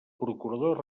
procurador